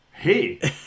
Hey